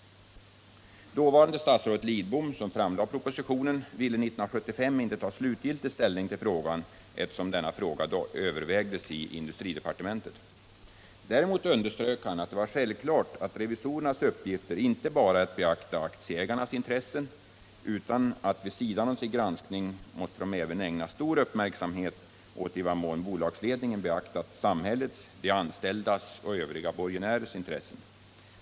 Dåvarande statsrådet Lidbom, som framlade propositionen, ville 1975 inte ta slutgiltig ställning till frågan, eftersom den då övervägdes i industridepartementet. Däremot underströk han att det var självklart att revisorernas uppgift inte bara är att beakta aktieägarnas intressen, utan att de vid sin granskning också måste ägna stor uppmärksamhet åt i vad mån bolagsledningen beaktat samhällets, de anställdas och övriga borgenärers intressen.